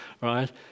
Right